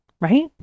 right